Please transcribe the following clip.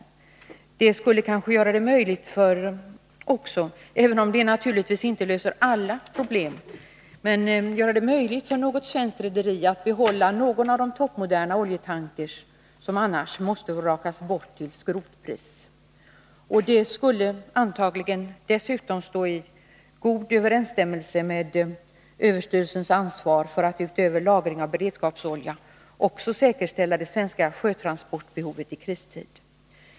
Även om det inte löser alla problem skulle det kanske göra det möjligt för något svenskt rederi att behålla någon av de toppmoderna oljetankrar som annars måste vrakas bort till skrotpris. Dessutom skulle det antagligen stå i god överensstämmelse med överstyrelsens för ekonomiskt försvar ansvar att man utöver lagring av beredskapsolja också säkerställer det svenska sjötransportbehovet i kristid.